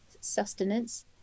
sustenance